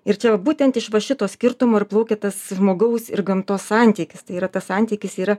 ir čia va būtent iš va šito skirtumo ir plaukia tas žmogaus ir gamtos santykis tai yra tas santykis yra